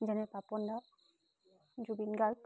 যেনে পাপন দা জুবিন গাৰ্গ